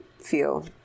feel